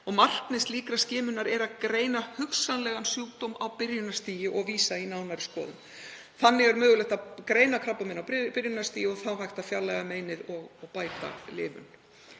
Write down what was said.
og markmið slíkrar skimunar er að greina hugsanlegan sjúkdóm á byrjunarstigi og vísa í nánari skoðun. Þannig er mögulegt að greina krabbamein á byrjunarstigi og þá hægt að fjarlægja meinið og bæta lifun.